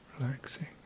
relaxing